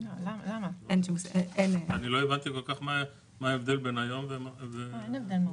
אני לא הבנתי כל כך --- שוב אינן הבדל.